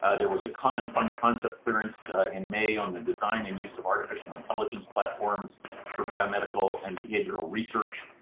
ah there was a common fund concept clearance in may on the design and use of artificial intelligence platforms for biomedical and behavioral research,